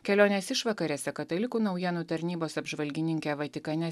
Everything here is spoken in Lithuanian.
kelionės išvakarėse katalikų naujienų tarnybos apžvalgininkė vatikane